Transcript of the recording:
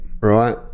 right